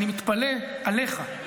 אני מתפלא עליך.